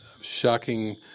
shocking